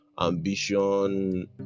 ambition